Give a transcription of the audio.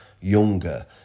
younger